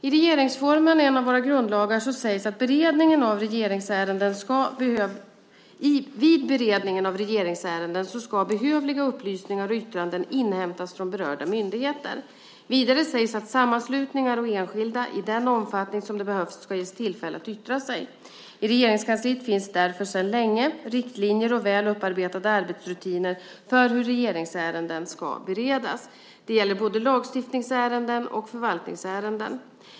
I regeringsformen, en av våra grundlagar, sägs att vid beredningen av regeringsärenden ska behövliga upplysningar och yttranden inhämtas från berörda myndigheter. Vidare sägs att sammanslutningar och enskilda i den omfattning som det behövs ska ges tillfälle att yttra sig. I Regeringskansliet finns därför sedan länge riktlinjer och väl upparbetade arbetsrutiner för hur regeringsärenden ska beredas. Detta gäller både lagstiftningsärenden och förvaltningsärenden.